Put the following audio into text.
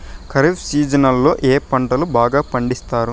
ఖరీఫ్ సీజన్లలో ఏ పంటలు బాగా పండిస్తారు